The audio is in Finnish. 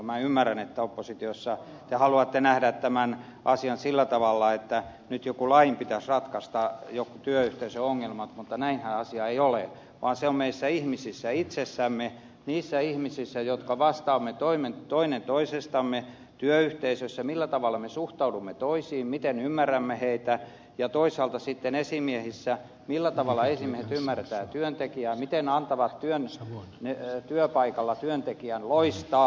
minä ymmärrän että oppositiossa te haluatte nähdä tämän asian sillä tavalla että nyt jonkun lain pitäisi ratkaista jonkun työyhteisön ongelmat mutta näinhän asia ei ole vaan se on meissä ihmisissä itsessämme meissä ihmisissä jotka vastaamme toinen toisistamme työyhteisössä millä tavalla me suhtaudumme toisiin miten ymmärrämme heitä ja toisaalta sitten esimiehissä millä tavalla esimiehet ymmärtävät työntekijää miten antavat työpaikalla työntekijän loistaa